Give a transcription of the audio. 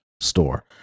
store